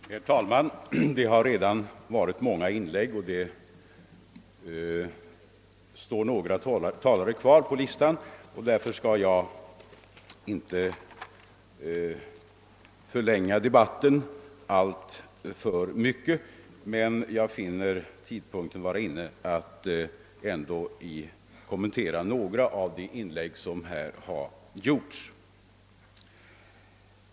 Herr talman! Det har redan varit många inlägg i debatten, och det står några talare kvar på listan. Jag skall därför inte förlänga debatten alltför mycket, men jag finner tidpunkten nu vara inne att ändå kommentera några av de inlägg som gjorts.